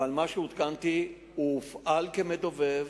אבל מה שעודכנתי, הוא הופעל כמדובב